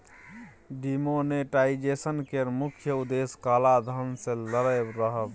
demonetisation केर मुख्य उद्देश्य काला धन सँ लड़ब रहय